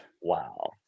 Wow